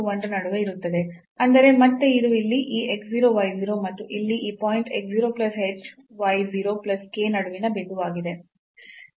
ಅಂದರೆ ಮತ್ತೆ ಇದು ಇಲ್ಲಿ ಈ x 0 y 0 ಮತ್ತು ಇಲ್ಲಿ ಈ point x 0 plus h y 0 plus k ನಡುವಿನ ಬಿಂದುವಾಗಿದೆ